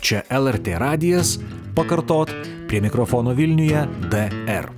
čia lrt radijas pakartot prie mikrofono vilniuje d r